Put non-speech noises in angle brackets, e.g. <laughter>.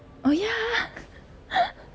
oh ya <laughs>